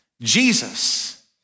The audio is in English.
Jesus